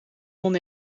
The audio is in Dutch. dan